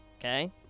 okay